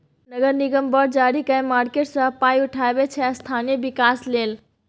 नगर निगम बॉड जारी कए मार्केट सँ पाइ उठाबै छै स्थानीय बिकास लेल